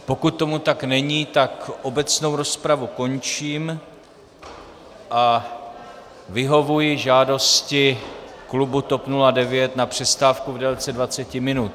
Pokud tomu tak není, tak obecnou rozpravu končím a vyhovuji žádosti klubu TOP 09 na přestávku v délce 20 minut.